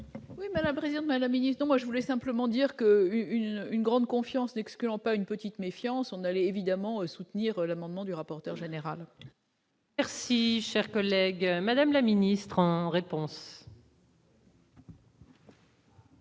Madame rouler. Madame, mais la ministre, moi je voulais simplement dire. Une une grande confiance n'excluant pas une petite méfiance, on allait évidemment soutenir l'amendement du rapporteur général. Merci, cher collègue, madame la ministre en réponse.